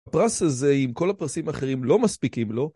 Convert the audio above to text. הפרס הזה אם כל הפרסים האחרים לא מספיקים לו